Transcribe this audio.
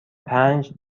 پنج